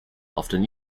often